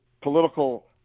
political